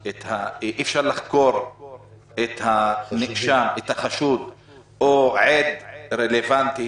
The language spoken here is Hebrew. אי אפשר לחקור את החשוד או עד רלוונטי